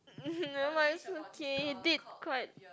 nevermind it's okay it did quite